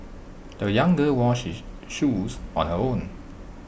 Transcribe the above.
the young girl washed shoes on her own